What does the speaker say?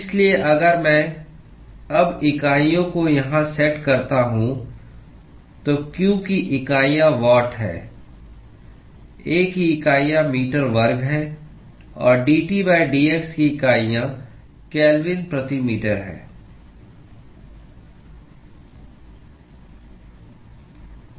इसलिए अगर मैं अब इकाइयों को यहां सेट करता हूं तो q की इकाइयाँ वाट हैं A की इकाइयाँ मीटर वर्ग हैं और dTdx की इकाइयाँ केल्विन प्रति मीटर है